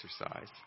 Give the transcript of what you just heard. exercise